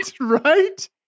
right